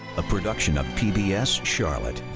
a production of pbs charlotte.